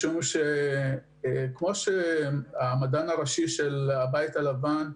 כמו שהמדען הראשי של הבית הלבן טוען,